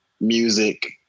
music